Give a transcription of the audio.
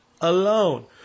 alone